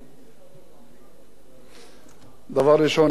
דבר ראשון, אדוני השר, אני תומך בהצעת החוק,